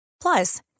Plus